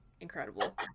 Incredible